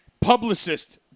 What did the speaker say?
publicist